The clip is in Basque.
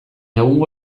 egungo